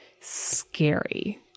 scary